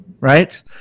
right